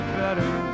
better